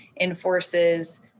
enforces